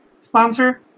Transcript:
sponsor